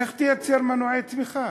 איך תייצר מנועי צמיחה?